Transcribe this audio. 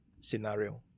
scenario